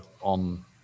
on